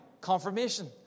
confirmation